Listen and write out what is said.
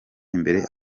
imbere